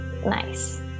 Nice